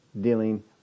dealing